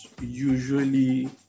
usually